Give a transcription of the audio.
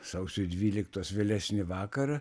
sausio dvyliktos vėlesnį vakarą